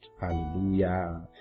Hallelujah